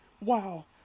wow